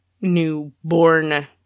new-born